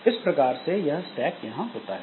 इस प्रकार से यह स्टैक यहां होता है